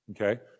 Okay